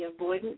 avoidant